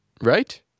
Right